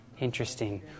Interesting